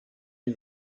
sie